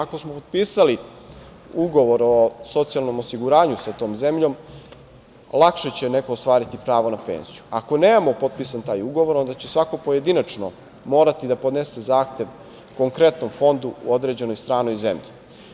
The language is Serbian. Ako smo potpisali ugovor o socijalnom osiguranju sa tom zemljom lakše će neko ostvariti pravo na penziju, ako nemamo potpisan taj ugovor onda će svako pojedinačno morati da podnese zahtev konkretnom fondu u određenoj stranoj zemlji.